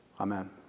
Amen